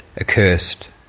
accursed